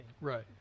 right